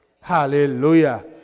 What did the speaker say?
Hallelujah